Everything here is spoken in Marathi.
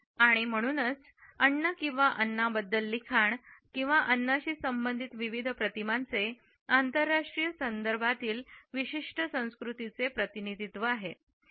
आणि म्हणूनच अन्न किंवाअन्नाबद्दल लिखाण किंवा अन्नाशी संबंधित विविध प्रतिमांचे आंतरराष्ट्रीय संदर्भातील विशिष्ट संस्कृतीचे प्रतिनिधित्व करतात